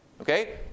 okay